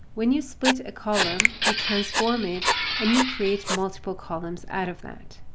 when you split a column, you transform it and you create multiple columns out of that.